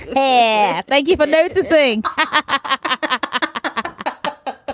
yeah thank you for noticing. i.